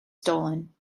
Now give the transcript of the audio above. stolen